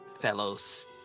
Fellows